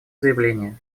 заявление